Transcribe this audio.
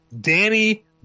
Danny